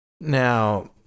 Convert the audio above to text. Now